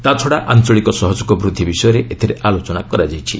ତା'ଛଡ଼ା ଆଞ୍ଚଳିକ ସହଯୋଗ ବୂଦ୍ଧି ବିଷୟରେ ଏଥିରେ ଆଲୋଚନା କରାଯାଇଛି